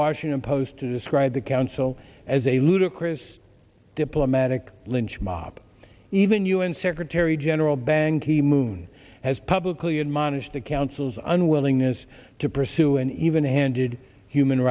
washington post to describe the council as a ludicrous diplomatic lynch mob even u n secretary general ban ki moon has publicly admonish the council's unwillingness to pursue an even handed human